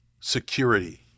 Security